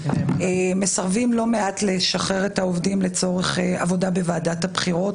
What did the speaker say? מסרבים לא מעט לשחרר את העובדים לצורך עבודה בוועדת הבחירות.